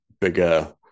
bigger